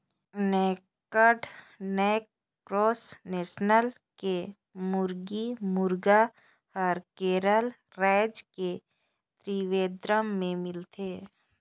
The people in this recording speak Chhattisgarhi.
नैक्ड नैक क्रास नसल के मुरगी, मुरगा हर केरल रायज के त्रिवेंद्रम में मिलथे